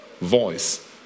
voice